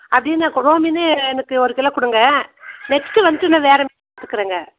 அப்படின்னா கொடுவா மீனே எனக்கு ஒரு கிலோ கொடுங்க நெக்ஸ்ட்டு வந்துவிட்டு நான் வேறு மீன் வாங்கிக்கிறேங்க